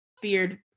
feared